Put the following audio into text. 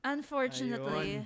Unfortunately